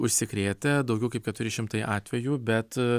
užsikrėtę daugiau kaip keturi šimtai atvejų bet